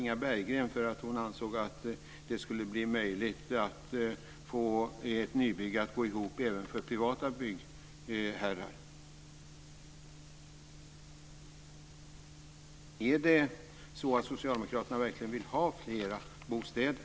Inga Berggren för att hon ansåg att det skulle bli möjligt att få ett nybygge att gå ihop även för privata byggherrar. Vill Socialdemokraterna verkligen ha fler bostäder?